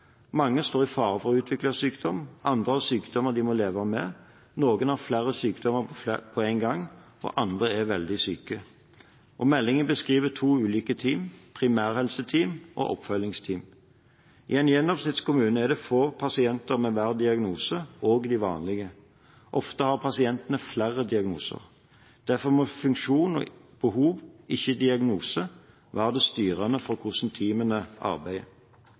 Mange står i fare for å utvikle sykdom, andre har en sykdom de må leve med, noen har flere sykdommer på en gang, og andre er veldig syke. Meldingen beskriver to ulike team: primærhelseteam og oppfølgingsteam. I en gjennomsnitts kommune er det få pasienter med hver diagnose, også de vanlige. Ofte har pasientene flere diagnoser. Derfor må funksjon og behov, ikke diagnose, være styrende for hvordan teamene arbeider.